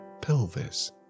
pelvis